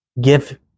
give